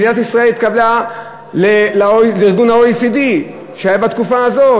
מדינת ישראל התקבלה ל-OECD בתקופה הזאת.